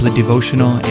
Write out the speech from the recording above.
devotional